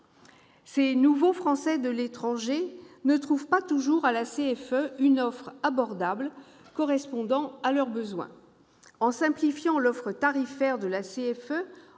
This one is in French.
Ces nouveaux Français de l'étranger ne trouvent pas toujours à la CFE une offre abordable correspondant à leurs besoins. En simplifiant l'offre tarifaire de la CFE